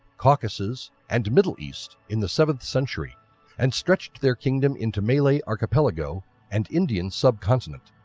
caucasus and middle east in the seventh century and stretched their kingdom into malay archipelago and indian subcontinent.